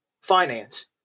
finance